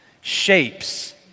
shapes